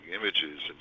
images